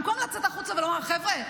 במקום לצאת החוצה ולומר: חבר'ה,